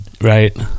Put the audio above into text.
right